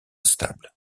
stable